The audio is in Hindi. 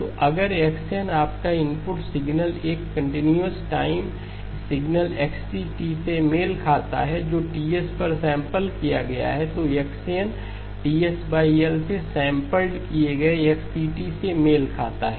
तो अगर x n आपका इनपुट सिग्नल एक कंटीन्यूअस टाइम सिग्नल XC से मेल खाता है जो Ts पर सैंपल किया गया है तो x n TSL से सैंपल्ड किए गए XC से मेल खाता है